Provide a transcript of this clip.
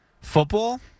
Football